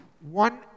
one